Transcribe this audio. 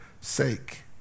sake